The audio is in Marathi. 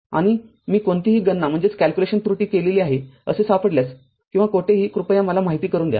आणि मी कोणतीही गणना त्रुटी केली आहे असे सापडल्यासकिंवा कोठेही कृपया मला माहिती करून द्या